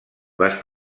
les